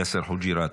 יאסר חוג'יראת,